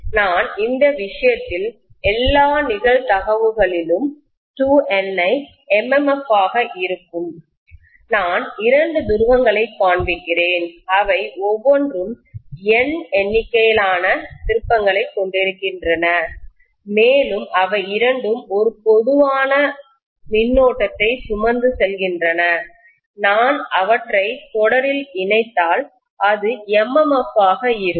எனவே நான் இந்த விஷயத்தில் எல்லா நிகழ்தகவுகளிலும் 2Ni ஐ MMF ஆக இருக்கும் நான் இரண்டு துருவங்களைக் காண்பிக்கிறேன் அவை ஒவ்வொன்றும் N எண்ணிக்கையிலான திருப்பங்களைக் கொண்டிருக்கின்றன மேலும் அவை இரண்டும் ஒரு பொதுவான கரண்ட்டை மின்னோட்டத்தை சுமந்து செல்கின்றன நான் அவற்றை தொடரில் இணைத்தால் இது MMF ஆக இருக்கும்